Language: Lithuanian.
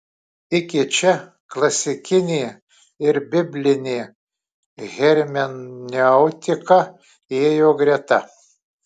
iki čia klasikinė ir biblinė hermeneutika ėjo greta